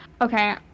okay